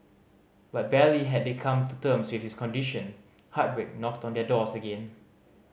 but barely had they come to terms with his condition heartbreak knocked on their doors again